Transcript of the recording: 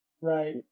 Right